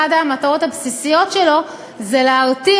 אחת המטרות הבסיסיות שלו היא להרתיע